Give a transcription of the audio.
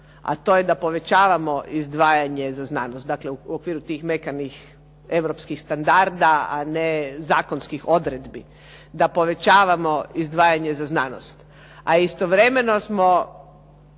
a to je da povećavamo izdvajanje za znanost, dakle u okviru tih mekanih europskih standarda, a ne zakonskih odredbi da povećavamo izdvajanje za znanost. A istovremeno smo